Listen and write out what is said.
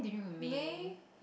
may